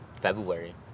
February